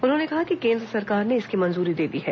उन्होंने कहा कि केंद्र सरकार ने इसकी मंजूरी दे दी है